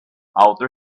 outer